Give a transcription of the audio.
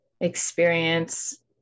experience